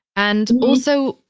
and also,